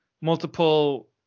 multiple